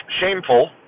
shameful